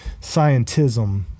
Scientism